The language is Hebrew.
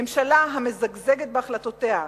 ממשלה המזגזגת בהחלטותיה,